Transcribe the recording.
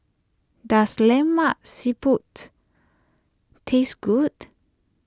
does Lemak Siput taste good